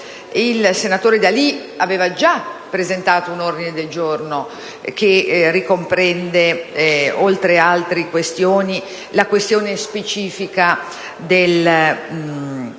il senatore D'Alì aveva già presentato un ordine del giorno che ricomprende, oltre ad altre questioni, la questione specifica del